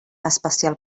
especial